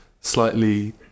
slightly